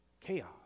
chaos